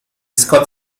scott